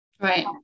Right